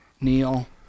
Neil